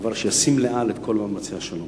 דבר שישים לאל את כל מאמצי השלום.